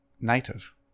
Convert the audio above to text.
native